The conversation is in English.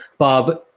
bob,